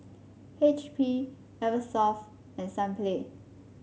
H P Eversoft and Sunplay